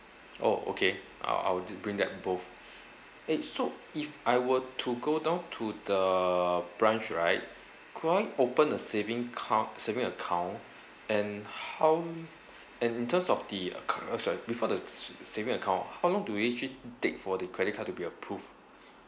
oh okay I'll I'll do bring that both eh so if I were to go down to the branch right could I open a saving count saving account and how and in terms of the uh cu~ oh sorry before the saving account how long do we actually take for the credit card to be approved